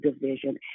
division